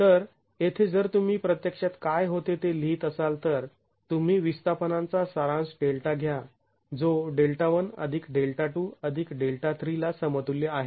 तर येथे जर तुम्ही प्रत्यक्षात काय होते ते लिहित असाल तर तुम्ही विस्थापनांचा सारांश Δ घ्या जो Δ1Δ2Δ3 ला समतुल्य आहे